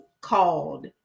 called